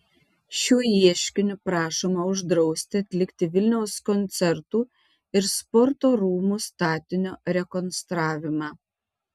šiuo ieškiniu prašoma uždrausti atlikti vilniaus koncertų ir sporto rūmų statinio rekonstravimą